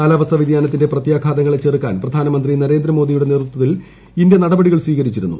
കാലാവസ്ഥാ വ്യതിയാനത്തിന്റെ പ്രത്യാഘാതങ്ങളെ ചെറുക്കാൻ പ്രധാനമന്ത്രി നരേന്ദ്രമോദിയുടെ നേതൃത്വത്തിൽ ഇന്ത്യ നടപടികൾ സ്വീകരിച്ചിരുന്നു